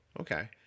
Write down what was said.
Okay